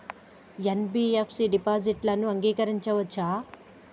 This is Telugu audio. ఎన్.బి.ఎఫ్.సి డిపాజిట్లను అంగీకరించవచ్చా?